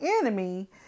enemy